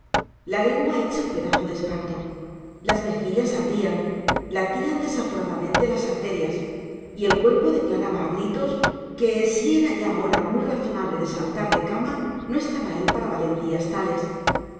la lengua hecha un pedazo de esparto las mejillas ardían latían desaforadamente las arterias y el cuerpo declaraba a gritos que si era ya hora muy razonable de saltar de cama no estaba él para valentías tales